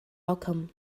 outcome